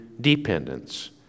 dependence